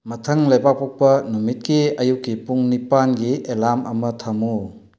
ꯃꯊꯪ ꯂꯩꯕꯥꯛꯄꯣꯛꯄ ꯅꯨꯃꯤꯠꯀꯤ ꯑꯌꯨꯛꯀꯤ ꯄꯨꯡ ꯅꯤꯄꯥꯜꯒꯤ ꯑꯂꯥꯔꯝ ꯑꯃ ꯊꯝꯃꯨ